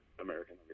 American